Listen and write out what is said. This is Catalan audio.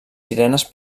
sirenes